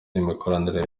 n’imikoranire